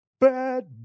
Bad